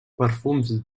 perfums